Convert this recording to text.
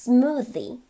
Smoothie